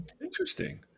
Interesting